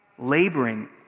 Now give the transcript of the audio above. laboring